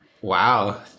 Wow